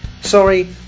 Sorry